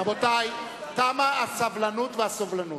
רבותי, תמה הסבלנות והסובלנות.